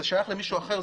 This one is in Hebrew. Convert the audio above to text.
זה שייך למישהו אחר.